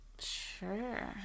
Sure